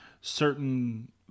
certain